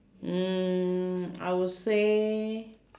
mm I will say